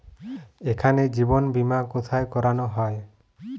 এখানে জীবন বীমা কোথায় করানো হয়?